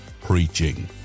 preaching